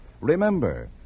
Remember